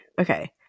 Okay